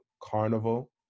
Carnival